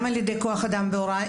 גם על-ידי כוח אדם בהוראה.